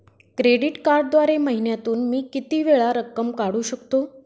Credit कार्डद्वारे महिन्यातून मी किती वेळा रक्कम काढू शकतो?